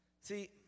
See